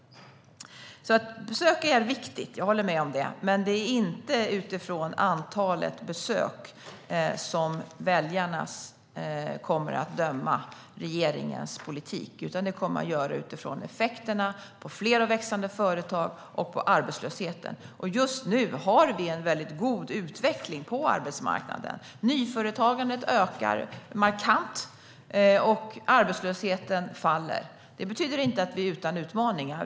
Besök är viktigt - jag håller med om det. Men det är inte utifrån antalet besök som väljarna kommer att döma regeringens politik, utan det kommer de att göra utifrån effekterna i fråga om fler och växande företag och arbetslösheten. Just nu har vi en väldigt god utveckling på arbetsmarknaden. Nyföretagandet ökar markant, och arbetslösheten faller. Det betyder inte att vi är utan utmaningar.